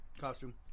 costume